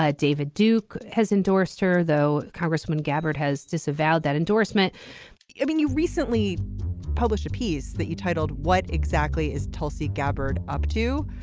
ah david duke has endorsed her though congresswoman gabbard has disavowed that endorsement i mean you recently published a piece that you titled what exactly is tulsi gabbard up to.